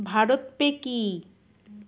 Bharat pay কি?